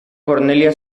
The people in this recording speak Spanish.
cornelia